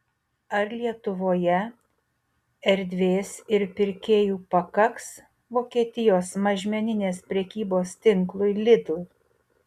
ar lietuvoje erdvės ir pirkėjų pakaks vokietijos mažmeninės prekybos tinklui lidl